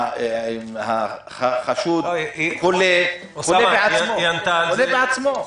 מצב בו החשוד חולה בעצמו?